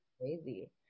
crazy